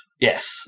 yes